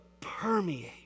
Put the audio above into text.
permeate